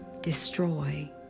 destroy